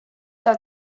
that